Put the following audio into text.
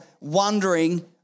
wondering